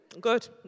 Good